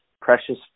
precious